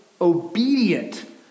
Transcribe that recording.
obedient